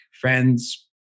friends